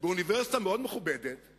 באוניברסיטה מכובדת מאוד,